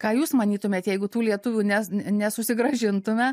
ką jūs manytumėt jeigu tų lietuvių ne nesusigrąžintume